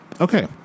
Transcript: okay